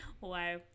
Wow